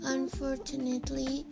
Unfortunately